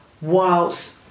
whilst